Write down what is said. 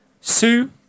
Sue